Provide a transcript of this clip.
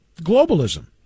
globalism